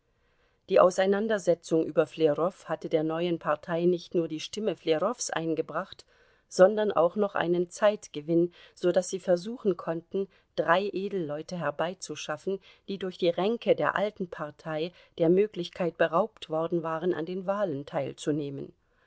die auseinandersetzung über flerow hatte der neuen partei nicht nur die stimme flerows eingebracht sondern auch noch einen zeitgewinn so daß sie versuchen konnten drei edelleute herbeizuschaffen die durch die ränke der alten partei der möglichkeit beraubt worden waren an den wahlen teilzunehmen